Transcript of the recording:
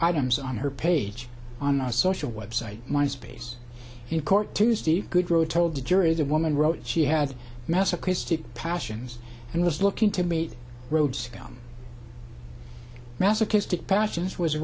items on her page on our social web site my space in court tuesday good wrote told the jury the woman wrote she had masochistic passions and was looking to meet roads around masochistic passions was a